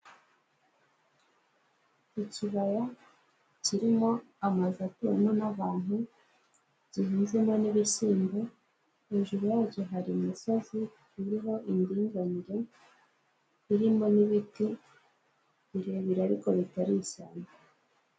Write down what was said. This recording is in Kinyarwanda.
Ikibaya kirimo amazu atuwemo n'abantu, igihizemo n'ibishyimbo, hejuru yabyo hari imisozi iriho indinganire, irimo n'ibiti birebire ariko bitari ishyamba.